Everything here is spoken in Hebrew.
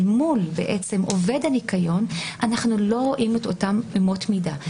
מול עובד הניקיון אנחנו לא רואים את אותן אמות מידה.